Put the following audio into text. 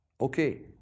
Okay